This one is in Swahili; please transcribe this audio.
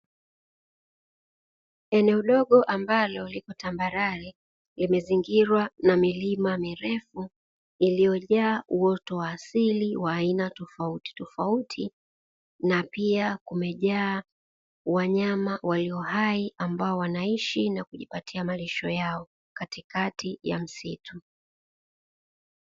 Eneo dogo ambalo lipo tambarare limezingirwa na milima mirefu iliyojaa uoto wa asili wa aina tofautitofauti, na pia kumejaa wanyama walio hai ambao wanaishi na kujipatia malisho yao katikati ya msitu.